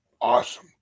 awesome